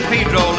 Pedro